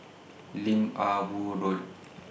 Lim Ah Woo Road